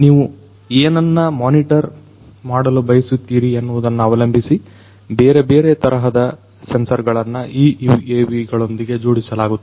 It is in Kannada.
ನೀವು ಏನನ್ನು ಮಾನಿಟರ್ ಮಾಡಲು ಬಯಸುತ್ತೀರಿ ಎನ್ನುವುದನ್ನು ಅವಲಂಬಿಸಿ ಬೇರೆ ಬೇರೆ ತರಹದ ಸೆನ್ಸರ್ ಗಳನ್ನು ಈ UAV ಗಳೊಂದಿಗೆ ಜೋಡಿಸಲಾಗುತ್ತದೆ